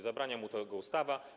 Zabrania mu tego ustawa.